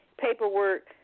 paperwork